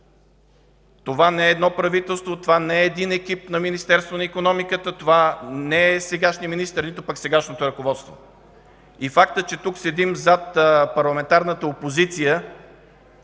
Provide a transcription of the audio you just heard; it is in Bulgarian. Това не е едно правителство, не е един екип на Министерството на икономиката, не е сегашният министър, нито пък сегашното ръководство. И фактът, че тук седим зад парламентарната опозиция